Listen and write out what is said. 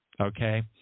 Okay